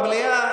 במליאה,